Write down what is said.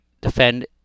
defend